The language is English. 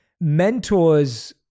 Mentors